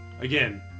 Again